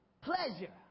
pleasure